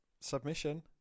submission